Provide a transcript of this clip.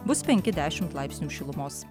bus penki dešimt laipsnių šilumos